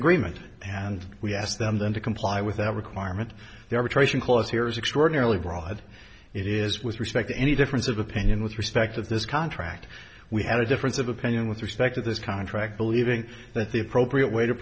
agreement and we asked them then to comply with that requirement they were tracing cause here is extraordinarily broad it is with respect to any difference of opinion with respect to this contract we had a difference of opinion with respect to this contract believing that the appropriate way to